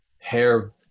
hair